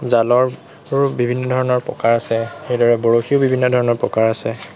জালৰো বিভিন্ন ধৰণৰ প্ৰকাৰ আছে সেইদৰে বৰশীৰো বিভিন্ন ধৰণৰ প্ৰকাৰ আছে